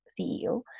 CEO